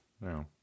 No